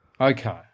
Okay